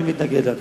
אני מתנגד לזה.